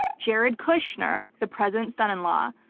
jared kushner, the president's son-in-law,